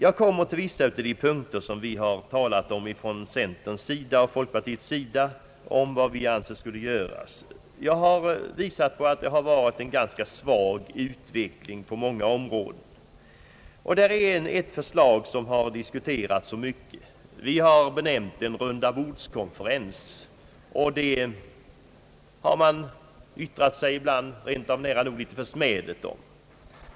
I övriga punkter av den ekonomiska politiken har vi från centerns och folkpartiets sida talat om vad vi anser skulle göras. Det har varit en svag utveckling på många områden. Ett förslag har diskuterats mycket. Vi har nämnt tanken på en rundabordskonferens, och man har ibland yttrat sig nära nog litet försmädligt om det förslaget.